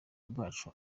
bwacu